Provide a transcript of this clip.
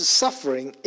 suffering